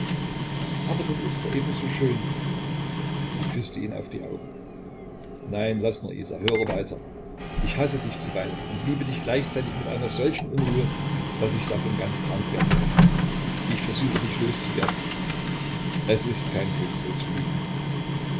aber das ist ja eben so schön sie küßte ihn auf die augen nein laß nur isa hör weiter ich hasse dich zuweilen und liebe dich gleichzeitig mit einer solchen unruhe daß ich davon ganz krank werden kann ich versuche dich loszuwerden es ist kein glück so zu lieben